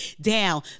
down